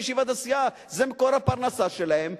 בישיבת הסיעה: זה מקור הפרנסה שלהם,